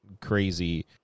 crazy